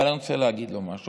אבל אני רוצה להגיד לו משהו.